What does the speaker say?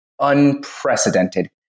unprecedented